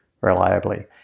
reliably